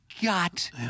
got